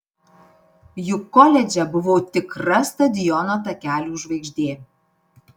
juk koledže buvau tikra stadiono takelių žvaigždė